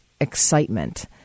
excitement